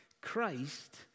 Christ